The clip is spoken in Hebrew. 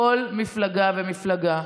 כל מפלגה ומפלגה,